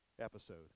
episode